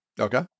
Okay